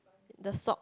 the sock